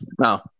No